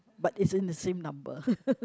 but it's in the same number